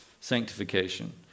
sanctification